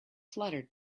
fluttered